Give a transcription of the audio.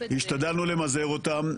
השתדלנו למזער אותם,